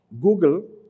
Google